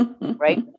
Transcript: right